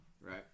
Right